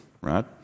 right